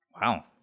Wow